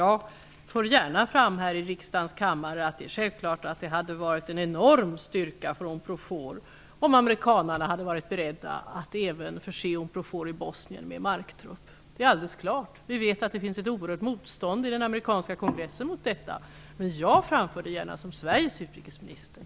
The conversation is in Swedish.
Jag för gärna fram här i riksdagens kammare att det självklart hade varit en enorm styrka för Unprofor om amerikanerna hade varit beredda att förse även Unprofor i Bosnien med marktrupper. Vi vet dock att det finns ett oerhört motstånd i den amerikanska kongressen mot detta. Men jag såsom Sveriges utrikesminister framför gärna detta krav.